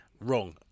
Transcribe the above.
Wrong